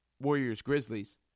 Warriors-Grizzlies